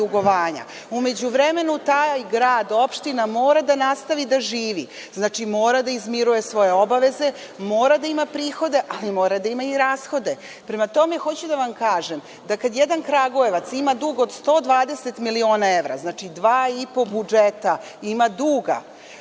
U međuvremenu taj grad, opština mora da nastavi da živi, znači mora da izmiruje svoje obaveze, mora da ima prihode ali mora da ima i rashode. Prema tome, hoću da kažem da kada jedan Kragujevac ima dug od 120 miliona evra, znači ima duga